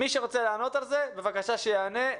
מי שרוצה לענות על זה, בבקשה שיענה.